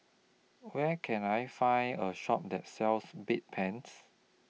Where Can I Find A Shop that sells Bedpans